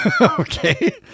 Okay